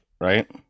right